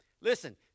Listen